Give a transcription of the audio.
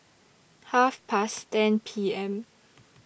Half Past ten P M